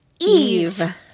Eve